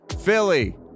Philly